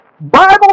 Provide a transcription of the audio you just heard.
Bible